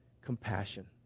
compassion